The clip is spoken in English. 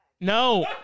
No